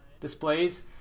displays